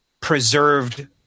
preserved